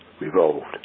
revolved